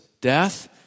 death